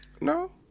No